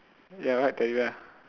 ya the right teddy bear